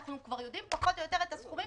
אנחנו כבר יודעים פחות או יותר את הסכומים